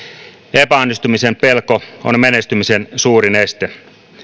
epäonnistumisen pelko on menestymisen suurin este